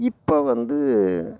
இப்போ வந்து